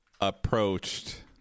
approached